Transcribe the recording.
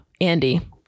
Andy